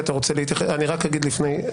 אתה לא נותן לאנשים